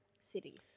cities